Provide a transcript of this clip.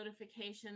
notifications